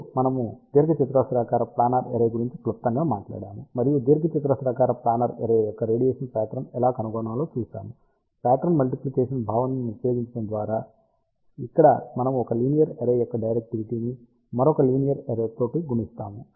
అప్పుడు మనము దీర్ఘచతురస్రాకార ప్లానార్ అర్రే గురించి క్లుప్తంగా మాట్లాడాము మరియు దీర్ఘచతురస్రాకార ప్లానార్ అర్రే యొక్క రేడియేషన్ ప్యాట్రన్ ఎలా కనుగొనాలో చూశాము ప్యాట్రన్ మల్టిప్లికేషన్ భావనను ఉపయోగించడం ద్వారా ఇక్కడ మనము ఒక లీనియర్ అర్రే యొక్క డైరెక్టివిటీని మరొక లీనియర్ అర్రే తో గుణిస్తాము